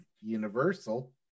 Universal